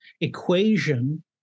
equation